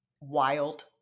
wild